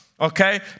okay